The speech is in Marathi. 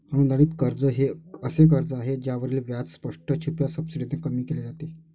अनुदानित कर्ज हे असे कर्ज आहे ज्यावरील व्याज स्पष्ट, छुप्या सबसिडीने कमी केले जाते